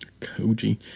Koji